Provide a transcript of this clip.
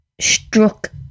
struck